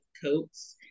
coats